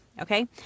Okay